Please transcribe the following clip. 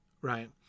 Right